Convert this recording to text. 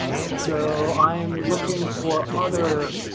so i'm looking for other